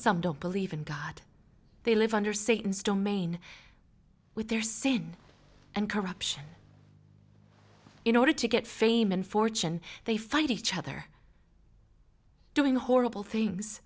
some don't believe in god they live under satan's domain with their seed and corruption in order to get fame and fortune they find each other doing horrible things